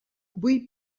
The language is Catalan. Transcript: vull